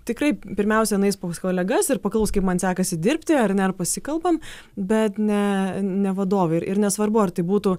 tikrai pirmiausia nueis kolegas ir paklaus kaip man sekasi dirbti ar ne ar pasikalbam bet ne ne vadovai ir nesvarbu ar tai būtų